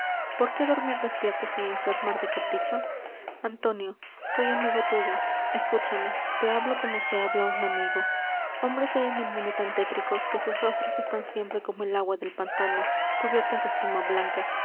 por qué dormir despiertos y enfermar de capricho antonio soy amigo tuyo escúchame te hablo como se habla á un amigo hombres hay en el mundo tan tétricos que sus rostros están siempre como el agua del pantano cubiertos de espuma blanca